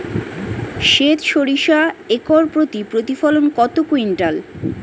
সেত সরিষা একর প্রতি প্রতিফলন কত কুইন্টাল?